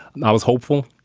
and i was hopeful.